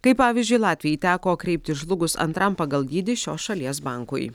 kaip pavyzdžiui latvijai teko kreiptis žlugus antram pagal dydį šios šalies bankui